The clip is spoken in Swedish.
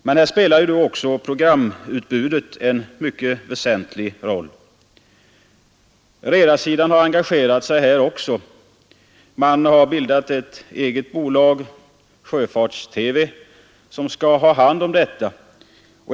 Men här spelar också programutbudet en mycket väsentlig roll. Redarsidan har även här engagerat sig; man har bildat ett eget bolag — AB Svensk Sjöfarts-TV — som har hand om detta.